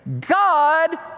God